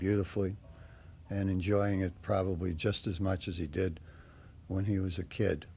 beautifully and enjoying it probably just as much as he did when he was a kid